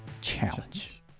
Challenge